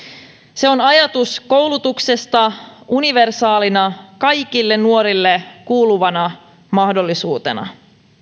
se on ajatus koulutuksesta universaalina kaikille nuorille kuuluvana mahdollisuutena